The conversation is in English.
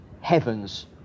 heavens